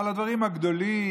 על הדברים הגדולים,